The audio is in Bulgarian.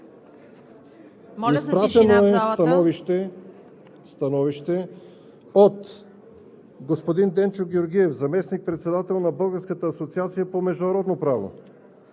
Изпратено е становище от господин Денчо Георгиев – заместник-председател на Българската асоциация по международно право,